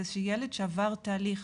זה שילד שעבר תהליך